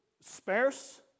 sparse